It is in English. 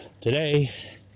today